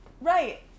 Right